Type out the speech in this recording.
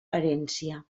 herència